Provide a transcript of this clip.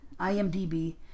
IMDB